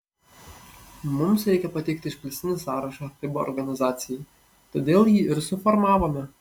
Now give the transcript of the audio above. mums reikia pateikti išplėstinį sąrašą fiba organizacijai todėl jį ir suformavome